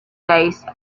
dice